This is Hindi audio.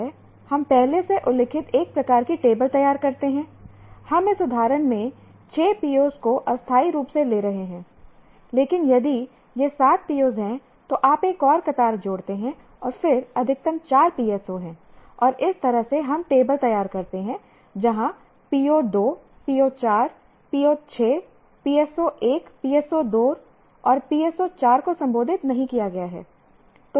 हम पहले से उल्लिखित एक प्रकार की टेबल तैयार करते हैं हम इस उदाहरण में 6 POs को अस्थायी रूप से ले रहे हैं लेकिन यदि यह 7 POs है तो आप एक और कतार जोड़ते हैं और फिर अधिकतम चार PSO हैं और इस तरह से हम टेबल तैयार करते हैं जहाँ PO2 PO4 PO6 PSO1 PSO2 और PSO4 को संबोधित नहीं किया गया है